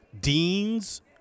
Dean's